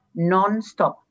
nonstop